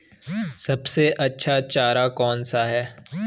सबसे अच्छा चारा कौन सा है?